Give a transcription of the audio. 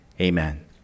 Amen